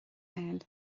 fháil